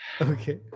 Okay